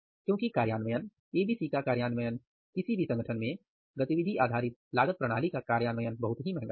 क्योंकि कार्यान्वयन ABC का कार्यान्वयन किसी भी संगठन में गतिविधि आधारित लागत प्रणाली का कार्यान्वयन बहुत ही महंगा है